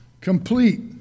complete